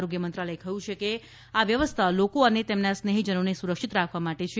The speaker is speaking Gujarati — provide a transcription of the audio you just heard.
આરોગ્ય મંત્રાલયે કહ્યુંકે આ વ્યવસ્થા લોકો અને તેમના સ્નેહીજનોને સુરક્ષિત રાખવા માટે છે